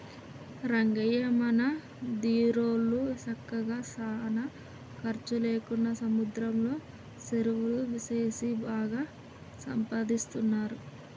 రంగయ్య మన దీరోళ్ళు సక్కగా సానా ఖర్చు లేకుండా సముద్రంలో సెరువులు సేసి బాగా సంపాదిస్తున్నారు